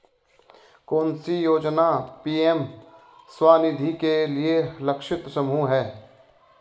कौन सी योजना पी.एम स्वानिधि के लिए लक्षित समूह है?